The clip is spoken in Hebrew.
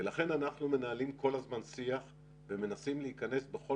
ולכן אנחנו מנהלים כל הזמן שיח ומנסים להיכנס בכל